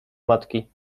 matki